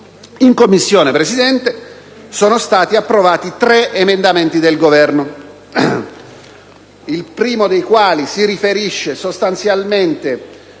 In Commissione, signor Presidente, sono stati approvati tre emendamenti del Governo, il primo dei quali - 1.Tab.3.1 - si riferisce sostanzialmente